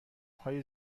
های